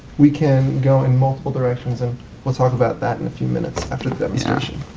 we can go in multiple directions and we'll talk about that in a few minutes after the demonstration.